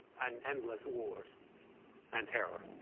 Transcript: and endless wars and terror.